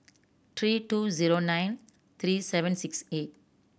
three two zero nine three seven six eight